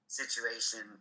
situation